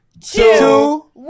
two